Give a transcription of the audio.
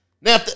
Now